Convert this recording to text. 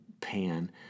pan